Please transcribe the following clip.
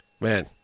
Man